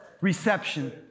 reception